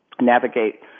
navigate